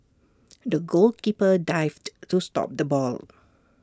the goalkeeper dived to stop the ball